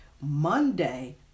Monday